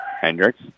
Hendricks